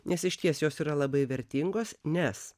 nes išties jos yra labai vertingos nes